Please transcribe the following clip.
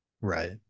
right